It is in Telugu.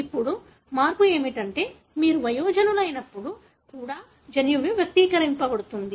ఇప్పుడు మార్పు ఏమిటంటే మీరు వయోజనులైనప్పుడు కూడా జన్యువు వ్యక్తీకరించబడుతుంది